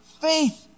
faith